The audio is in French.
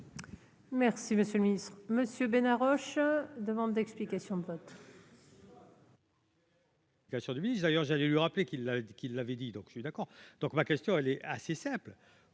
Merci, Monsieur le Ministre Monsieur Bénard Roche : demande d'explications de vote.